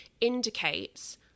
indicates